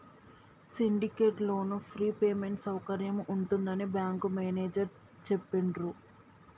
syndicate loan free payment సౌకర్యం ఉంటుందని bank manager చెప్పిండ్రు